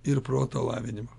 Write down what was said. ir proto lavinimo